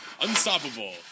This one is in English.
unstoppable